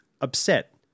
upset